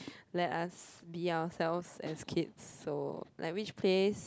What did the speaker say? let us be ourselves as kid so like which place